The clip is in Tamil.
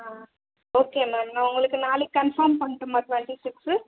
ஆ ஓகே மேம் நான் உங்களுக்கு நாளைக்கு கன்ஃபார்ம் பண்ணட்டுமா ட்வெண்ட்டி சிக்ஸு